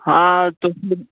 हाँ तो फिर